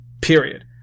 Period